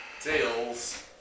Tails